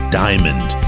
diamond